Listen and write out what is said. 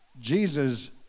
jesus